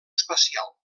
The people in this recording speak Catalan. espacial